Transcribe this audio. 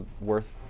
worth